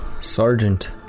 Sergeant